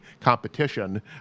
competition